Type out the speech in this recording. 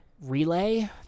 relay